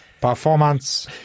performance